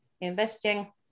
investing